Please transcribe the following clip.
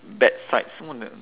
bad sides some of them